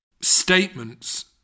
statements